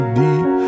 deep